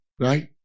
right